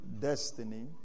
destiny